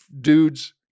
dudes